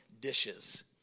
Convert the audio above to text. dishes